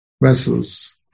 vessels